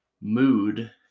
mood